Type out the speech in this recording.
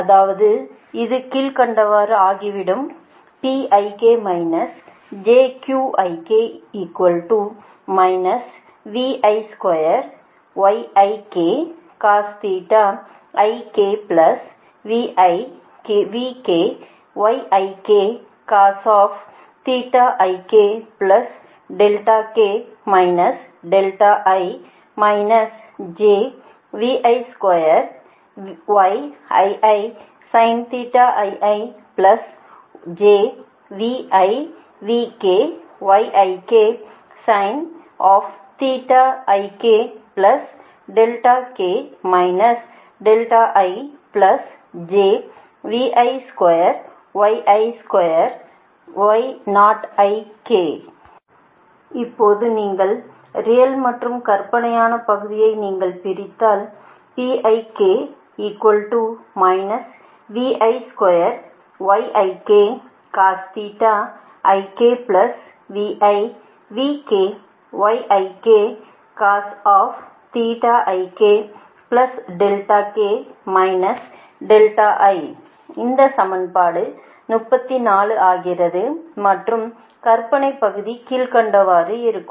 அதாவது அது கீழ்கண்டவாறு ஆகிவிடும் இப்போது நீங்கள் ரியல் மற்றும் கற்பனையான பகுதியை நீங்கள் பிறித்தாள் இது சமன்பாடு 34 ஆகிறது மற்றும் கற்பனை பகுதி கீழ்க்கண்டவாறு இருக்கும்